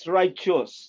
righteous